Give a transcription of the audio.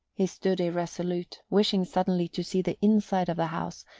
he stood irresolute, wishing suddenly to see the inside of the house,